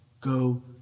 go